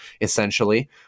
essentially